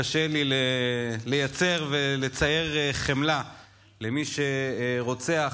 קשה לי לייצר ולצייר חמלה למי שרוצח,